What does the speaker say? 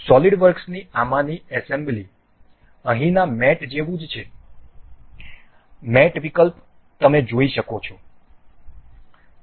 solid વર્ક્સની આમાંની assembly અહીંના મેટ જેવું જ છે મેટ વિકલ્પ તમે જોઈ શકો છો